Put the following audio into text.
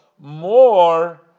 more